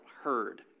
heard